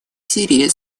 сирии